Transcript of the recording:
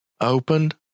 opened